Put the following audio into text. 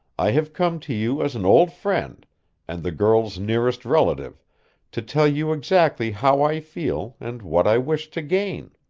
i have come to you as an old friend and the girl's nearest relative to tell you exactly how i feel and what i wish to gain.